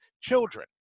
children